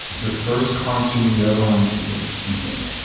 your first concert you ever went to was nsync.